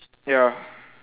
ya